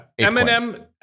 eminem